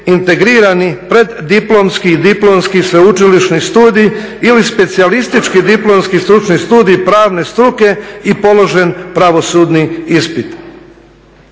integrirani preddiplomski i diplomski sveučilišni studij ili specijalistički diplomski stručni studij pravne struke i položen pravosudni ispit.